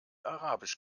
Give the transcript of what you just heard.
arabisch